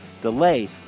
delay